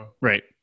right